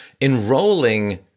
enrolling